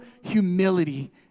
humility